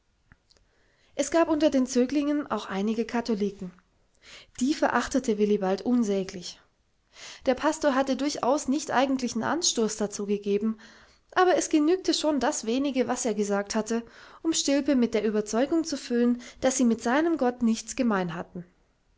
es gab unter den zöglingen auch einige katholiken die verachtete willibald unsäglich der pastor hatte durchaus nicht eigentlichen anstoß dazu gegeben aber es genügte schon das wenige was er gesagt hatte um stilpe mit der überzeugung zu erfüllen daß sie mit seinem gott nichts gemein hatten